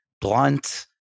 blunt